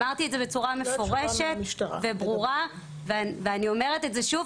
אמרתי את זה בצורה מפורשת וברורה ואני אומרת את זה שוב